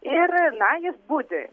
ir na jis budi